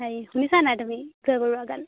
হেৰি শুনিছা নাই তুমি জয় বৰুৱাৰ গান